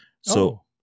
So-